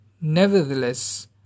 Nevertheless